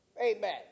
Amen